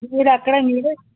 మీరు అక్కడ మీరే